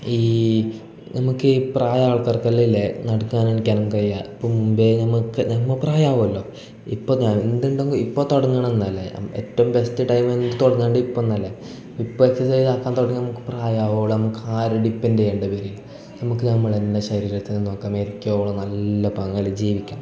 ഈ നമുക്കീ പ്രായമായ ആൾക്കാർക്കെല്ല ഇല്ലെ നടക്കാനും എണീക്കാനും കയ്യാ ഇപ്പോൾ മുമ്പേ നമുക്ക് പ്രായവുല്ലൊ ഇപ്പോൾ ഞാൻ എന്തുണ്ടെങ്കിൽ ഇപ്പോൾ തുടങ്ങണം എന്നല്ലെ ഏറ്റോം ബെസ്റ്റ് ടൈം തുടങ്ങണ്ട് ഇപ്പോഴെന്നല്ലെ ഇപ്പോൾ എക്സൈസ്സാക്കാ തുടങ്ങിയ നമുക്ക് പ്രായവോളം നമുക്ക് ആരേം ഡിപ്പൻട് ചെയ്യേണ്ടി വരില്ല നമുക്ക് നമ്മളെന്നെ ശരീരത്തെ നോക്കാം മരിക്കുവോളം നല്ല പാങ്ങല് ജീവിക്കാം